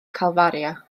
calfaria